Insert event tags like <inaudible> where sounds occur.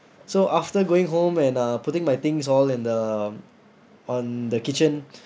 so after going home and uh putting my things all in the on the kitchen <breath>